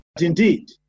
Indeed